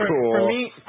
cool